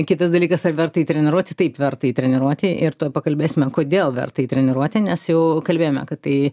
kitas dalykas ar verta jį treniruoti taip verta jį treniruoti ir tuoj pakalbėsime kodėl verta jį treniruoti nes jau kalbėjome kad tai